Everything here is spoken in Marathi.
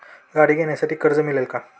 गाडी घेण्यासाठी कर्ज मिळेल का?